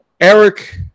Eric